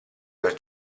per